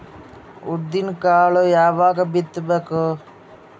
ಉದ್ದಿನಕಾಳು ಯಾವಾಗ ಬಿತ್ತು ಬೇಕು?